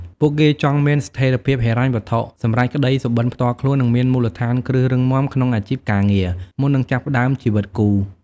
ពួកគេចង់មានស្ថិរភាពហិរញ្ញវត្ថុ សម្រេចក្ដីសុបិនផ្ទាល់ខ្លួន និងមានមូលដ្ឋានគ្រឹះរឹងមាំក្នុងអាជីពការងារ មុននឹងចាប់ផ្ដើមជីវិតគូ។